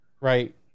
right